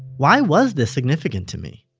why was this significant to me?